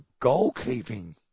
goalkeeping